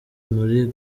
muri